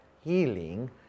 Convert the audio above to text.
healing